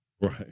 Right